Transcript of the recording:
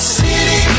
city